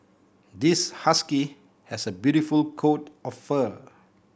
this husky has a beautiful coat of fur